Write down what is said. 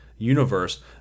Universe